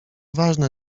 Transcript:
ważne